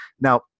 Now